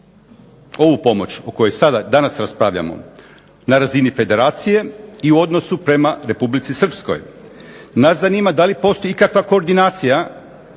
Ovu pomoć o kojoj sada, danas raspravljamo, na razini Federacije i u odnosu prema Republici Srpskoj. Nas zanima da li postoji ikakva koordinacija